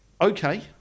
Okay